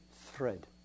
thread